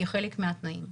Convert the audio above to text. כחלק מהתנאים.